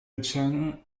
genre